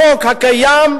בחוק הקיים,